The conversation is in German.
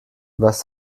was